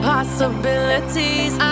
Possibilities